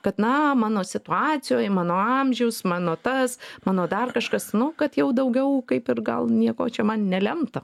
kad na mano situacijoj mano amžius mano tas mano dar kažkas nu kad jau daugiau kaip ir gal nieko čia man nelemta